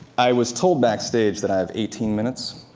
i was told backstage that i have eighteen minutes.